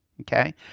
Okay